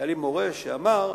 היה לי מורה שאמר ש"בערך"